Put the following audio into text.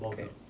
cat